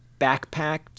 backpacked